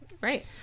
Right